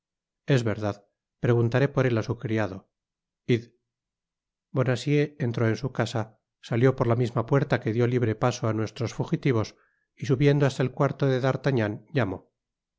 es verdad preguntaré por él á su criado id bonacieux entró en su casa salió por la misma puerta que dió libre paso á nuestros fugitivos y subiendo hasta el cuarto de d'artagnan llamó